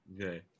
Okay